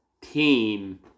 team